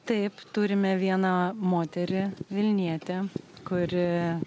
taip turime vieną moterį vilnietė kuri